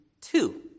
two